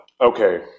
Okay